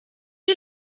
die